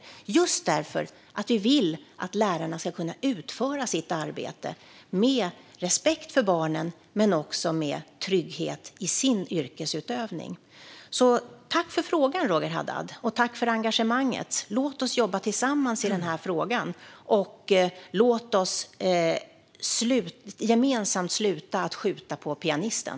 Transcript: Det är just därför att vi vill att lärarna ska kunna utföra sitt arbete med respekt för barnen men också med trygghet i sin yrkesutövning. Tack för frågan, Roger Haddad, och tack för engagemanget! Låt oss jobba tillsammans i den här frågan, och låt oss gemensamt sluta att skjuta på pianisten.